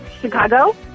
Chicago